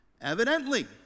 evidently